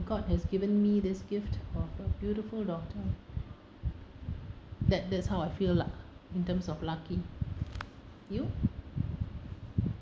god has given me this gift of a beautiful daughter that that's how I feel lah in terms of lucky you